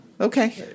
okay